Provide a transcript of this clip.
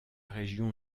région